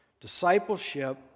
Discipleship